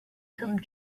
come